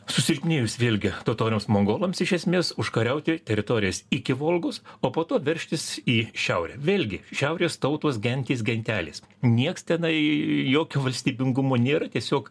susilpnėjus vėlgi totoriams mongolams iš esmės užkariauti teritorijas iki volgos o po to veržtis į šiaurę vėlgi šiaurės tautos gentys gentelės nieks tenai jokio valstybingumo nėra tiesiog